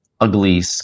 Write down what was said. ugly